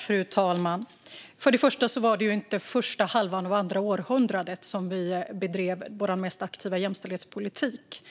Fru talman! För det första var det inte under första halvan av det andra århundradet som vi bedrev vår mest aktiva jämställdhetspolitik.